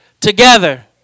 Together